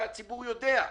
והציבור מכיר אותה,